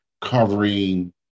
covering